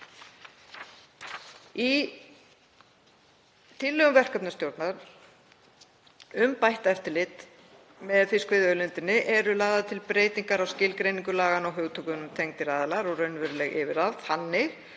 Í tillögum verkefnastjórnar um bætt eftirlit með fiskveiðiauðlindinni eru lagðar til breytingar á skilgreiningu laganna á hugtökunum „tengdir aðilar“ og „raunveruleg yfirráð“ þannig